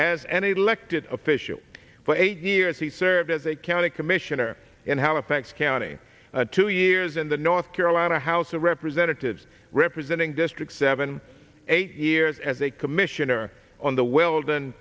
as any lek did official for eight years he served as a county commissioner in halifax county two years in the north carolina house of representatives representing district seven eight years as a commissioner on the weld